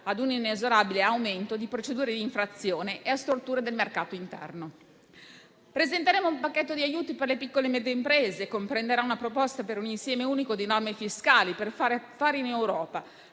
ad un inesorabile aumento delle procedure di infrazione e a storture del mercato interno. Presenteremo un pacchetto di aiuti per le piccole e medie imprese, che comprenderà una proposta per un insieme unico di norme fiscali per fare affari in Europa,